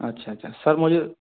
अच्छा अच्छा सर मुझे